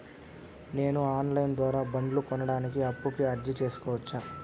నేను online ద్వారా బండ్లు కొనడానికి అప్పుకి అర్జీ సేసుకోవచ్చా?